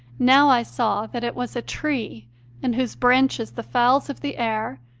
now i saw that it was a tree in whose branches the fowls of the air,